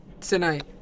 tonight